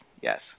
yes